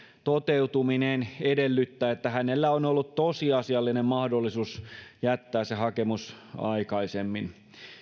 toteutuminen edellyttää että hänellä on ollut tosiasiallinen mahdollisuus jättää se hakemus aikaisemmin